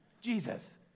Jesus